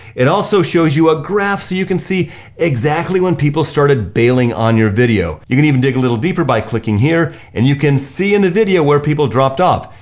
it also shows you a graph so you can see exactly when people started bailing on your video. you can even dig a little deeper by clicking here and you can see in the video where people dropped off.